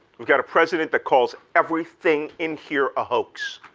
we've got a president that calls everything in here a hoax,